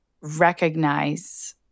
recognize